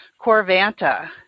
Corvanta